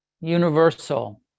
universal